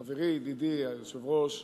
חברי, ידידי, היושב-ראש,